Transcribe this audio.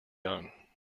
young